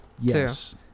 Yes